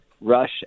rush